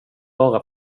vara